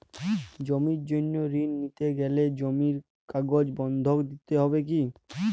জমির জন্য ঋন নিতে গেলে জমির কাগজ বন্ধক দিতে হবে কি?